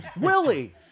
Willie